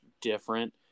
different